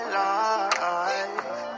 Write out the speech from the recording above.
life